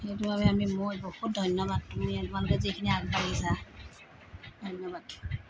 সেইটো বাবে আমি মই বহুত ধন্যবাদ তুমি তোমালোকে যিখিনি আগবাঢ়িছা ধন্যবাদ